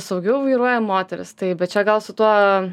saugiau vairuoja moterys taip bet čia gal su tuo